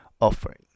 offering